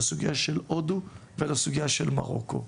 לסוגיה של הודו ולסוגיה של מרוקו.